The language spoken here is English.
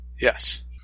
Yes